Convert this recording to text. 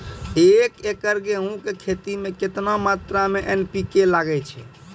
एक एकरऽ गेहूँ के खेती मे केतना मात्रा मे एन.पी.के लगे छै?